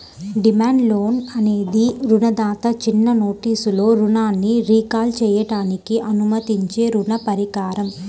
demand loan అనేది రుణదాత చిన్న నోటీసులో రుణాన్ని రీకాల్ చేయడానికి అనుమతించే రుణ పరికరం